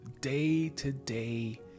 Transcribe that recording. day-to-day